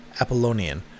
Apollonian